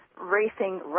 racing